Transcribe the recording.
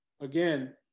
again